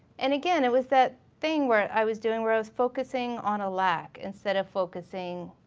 and again it was that thing where i was doing, where i was focusing on a lack instead of focusing,